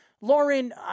Lauren